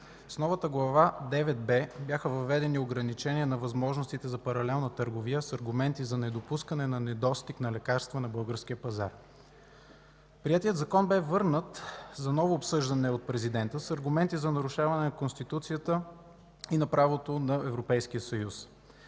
С новата Глава 9б бяха въведени ограничения на възможностите за паралелна търговия с аргументи за недопускане на недостиг на лекарства на българския пазар. Приетият закон бе върнат от президента за ново обсъждане с аргументи за нарушаване на Конституцията и на правото на Европейския съюз.